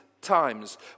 times